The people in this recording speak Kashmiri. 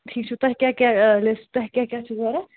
ٹھیٖک چھُ تۄہہِ کیٛاہ کیٛاہ لِسٹ تۄہہِ کیٛاہ کیٛاہ چھُو ضوٚرَتھ